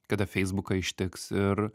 kada feisbuką ištiks ir